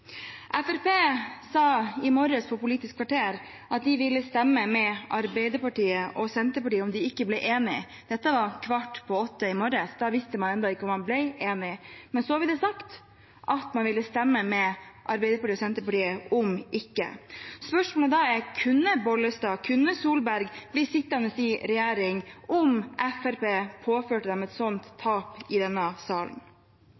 morges på Politisk kvarter at de ville stemme med Arbeiderpartiet og Senterpartiet om de ikke ble enige. Dette var kvart på åtte i morges. Da visste man ennå ikke om man ble enige. Men så ble det sagt at man ville stemme med Arbeiderpartiet og Senterpartiet om ikke. Spørsmålet da er: Kunne statsråd Bollestad og statsråd Solberg blitt sittende i regjering om Fremskrittspartiet påførte dem et sånt tap i denne salen?